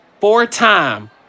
four-time